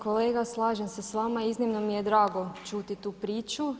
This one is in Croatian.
Kolega, slažem se s vama, iznimno mi je drago čuti tu priču.